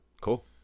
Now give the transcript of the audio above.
cool